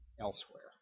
elsewhere